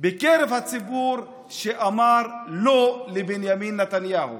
שאמר לא לבנימין נתניהו,